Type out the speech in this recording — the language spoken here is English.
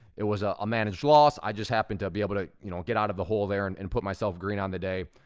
it was a managed loss. i just happened to be able to you know get out of the hole there, and and put myself green on the day.